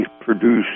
produce